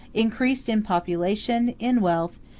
increased in population, in wealth,